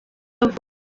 yavutse